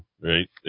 right